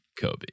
Kobe